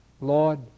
Lord